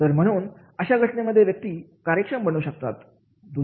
तर म्हणून अशा घटनेमध्ये व्यक्ती कार्यक्षम बनू शकतात